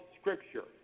Scripture